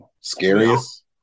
Scariest